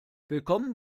willkommen